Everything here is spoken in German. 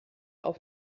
auf